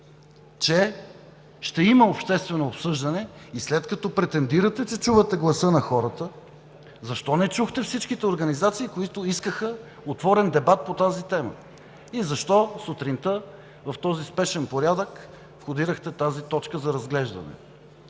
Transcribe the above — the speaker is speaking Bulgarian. че ще има обществено обсъждане и след като претендирате, че чувате гласа на хората, защо не чухте всичките организации, които искаха отворен дебат по тази тема? И защо сутринта в този спешен порядък входирахте тази точка за разглеждане?